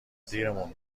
دیرمون